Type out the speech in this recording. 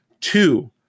two